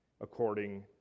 according